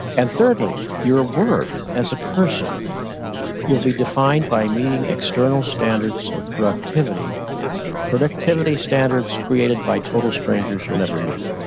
and thirdly, your worth as a person will be defined by meeting external standards so productivity productivity standards created by total strangers you'll never meet.